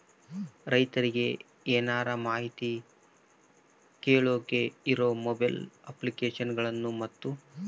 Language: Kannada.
ರೈತರಿಗೆ ಏನರ ಮಾಹಿತಿ ಕೇಳೋಕೆ ಇರೋ ಮೊಬೈಲ್ ಅಪ್ಲಿಕೇಶನ್ ಗಳನ್ನು ಮತ್ತು?